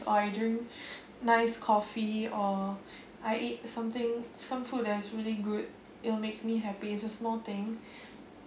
or I drink nice coffee or I eat something some food that's really good it'll make me happy it's just small thing